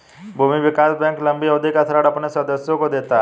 भूमि विकास बैंक लम्बी अवधि का ऋण अपने सदस्यों को देता है